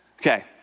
Okay